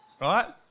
Right